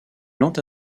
lente